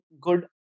good